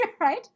Right